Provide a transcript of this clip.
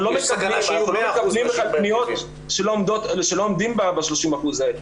אנחנו לא מקבלים בכלל פניות שלא עומדות ב-30% האלה.